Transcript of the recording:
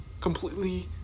completely